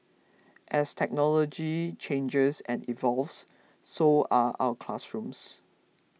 as technology changers and evolves so are our classrooms